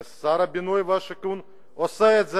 ושר הבינוי והשיכון עושה,